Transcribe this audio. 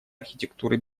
архитектуры